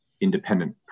independent